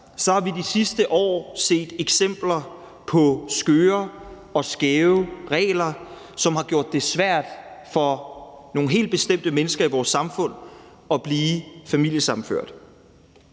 vi igennem de sidste år set eksempler på skøre og skæve regler, som har gjort det svært for nogle helt bestemte mennesker i vores samfund at blive familiesammenført,